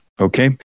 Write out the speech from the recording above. Okay